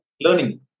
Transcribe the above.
Learning